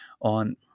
on